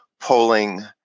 polling